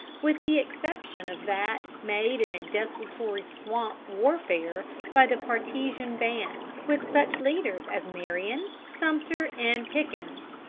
with the exception of that made in a desultory swamp-warfare by the partisan bands with such leaders as marion, sumter, and pickens.